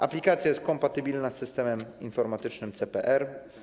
Aplikacja jest kompatybilna z systemem informatycznym CPR.